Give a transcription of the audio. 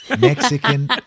Mexican